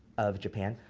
of japan,